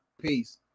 Peace